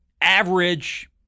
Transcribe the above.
average